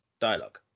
Dialogue